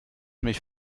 mich